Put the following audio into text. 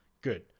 good